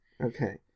Okay